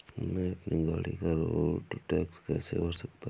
मैं अपनी गाड़ी का रोड टैक्स कैसे भर सकता हूँ?